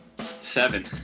Seven